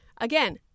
again